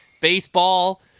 Baseball